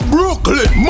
Brooklyn